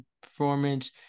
performance